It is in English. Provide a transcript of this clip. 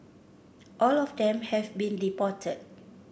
all of them have been deported